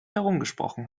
herumgesprochen